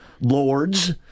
lords